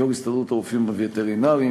יו"ר הסתדרות הרופאים הווטרינרים,